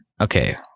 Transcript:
Okay